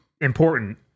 important